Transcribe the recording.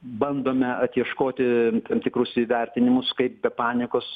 bandome atieškoti tam tikrus įvertinimus kaip be panikos